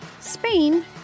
Spain